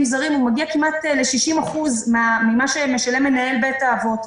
זרים מגיע כמעט ל-60% ממה שמשלם מנהל בית אבות.